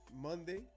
Monday